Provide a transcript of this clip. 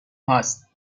هاست